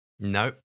No